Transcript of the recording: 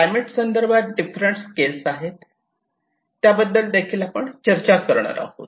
climate संदर्भात different scale आहे त्याबद्दल देखील आपण चर्चा करणार आहोत